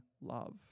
love